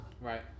right